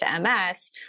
MS